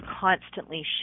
constantly